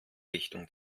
richtung